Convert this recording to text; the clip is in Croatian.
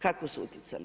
Kako su utjecali?